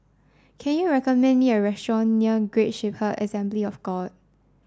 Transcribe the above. can you recommend me a restaurant near Great Shepherd Assembly of God